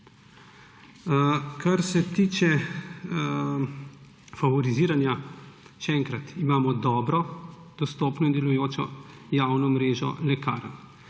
Kar se tiče favoriziranja. Še enkrat, imamo dobro dostopno in delujočo javno mrežo lekarn,